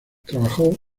trabajó